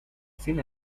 sin